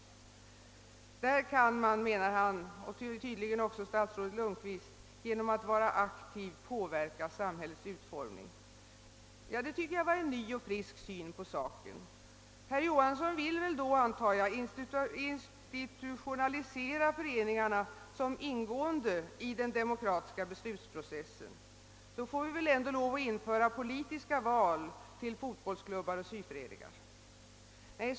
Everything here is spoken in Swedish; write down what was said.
Där kan man, menar han och tydligen också statsrådet Lundkvist, genom att vara aktiv påverka samhällets utformning. Ja, det var en ny och frisk syn på saken. Herr Johansson vill tydligen institutionalisera föreningarna som ingående i den demokratiska beslutsprocessen. Då får vi väl lov att införa politiska val till fotbollsklubbar och syföreningar.